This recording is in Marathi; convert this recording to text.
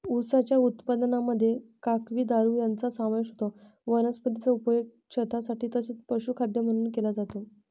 उसाच्या उत्पादनामध्ये काकवी, दारू यांचा समावेश होतो वनस्पतीचा उपयोग छतासाठी तसेच पशुखाद्य म्हणून केला जातो